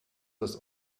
das